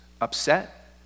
upset